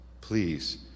please